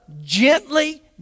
gently